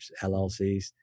LLCs